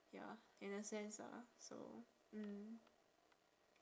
ya in a sense ah so mm